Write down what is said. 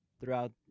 throughout